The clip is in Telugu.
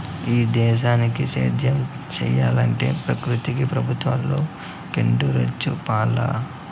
ఈ దేశీయ సేద్యం సెయ్యలంటే ప్రకృతి ప్రభుత్వాలు కెండుదయచూపాల